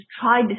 tried